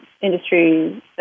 industry